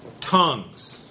tongues